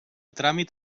tràmit